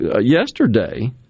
yesterday